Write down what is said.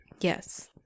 yes